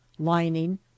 lining